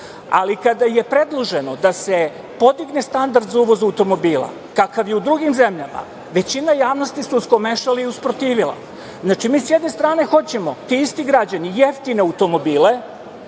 Kada je predloženo da se podigne standard za uvoz automobila, kakav je u drugim zemljama, većina javnosti se uskomešala i usprotivila. Znači, mi sa jedne strane hoćemo, ti isti građani, jeftine automobile,